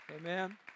Amen